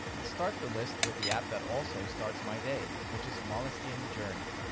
i'll start the list with the app that also starts my day, which is moleskine journey.